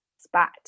spot